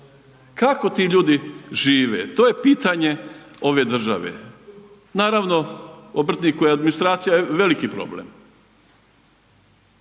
Kako ti ljudi žive? To je pitanje ove države. Naravno obrtniku je administracija veliki problem,